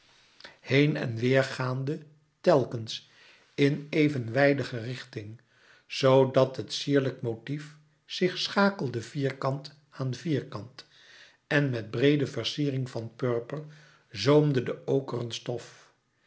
heen en weêr gaande telkens in evenwijdige richting zoo dat het sierlijk motief zich schakelde vierkant aan vierkant en met breede versiering van purper zoomde de okeren stof